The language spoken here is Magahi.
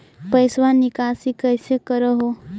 पैसवा निकासी कैसे कर हो?